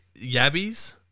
yabbies